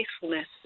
faithfulness